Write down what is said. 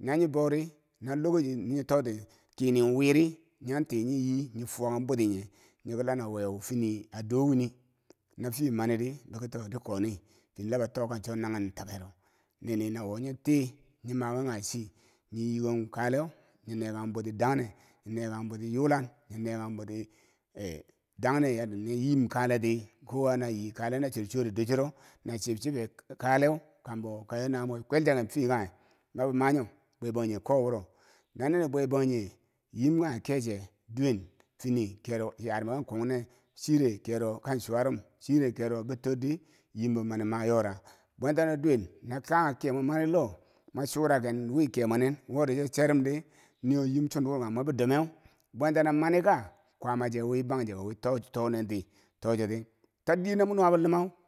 na nyibori no lokoci nyi toti kyini wiri, nyan tii nyi yii nyi fuwa kan bwiti nye nyiki la laweu fini a do wini? no fiye mani ri boki to di koni di la kon too cho nanghen takero nini nawo nyi tii nyi mawi kanghe chii nyi yikon kaleu, nyi nekang bwiti dangne nyi nekang bwiti yulan nyi nekang bwiti yulan, nyi nekan bwiti eh dangne yadda nyi yim kaleti kowa na yi kale na chor chore dorchero na chib chibe kaleu kambo kayilo namweko kwelchaken fiye kanghe mabo manyo bwe bangjinghe ko wuro no nini bwe bangjinghe yim kanghe keche duwen fini kero yarume ke kungne chire kero kan chuwa rum chire kero betor di yam be mani mayora bwantano duwen no kaghe kebwe mani lo mwei churaken wi kemwe nin wori coche rom ri niwo yim chundukur kanghe mo bidomeu bwantano manika kwaama che wi bang cheko wii to chi nenti to choti tat diye mo nuwa bolumau.